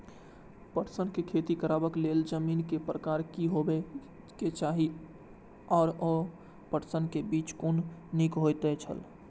पटसन के खेती करबाक लेल जमीन के प्रकार की होबेय चाही आओर पटसन के बीज कुन निक होऐत छल?